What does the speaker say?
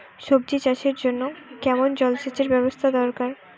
সবজি চাষের জন্য কেমন জলসেচের ব্যাবস্থা দরকার?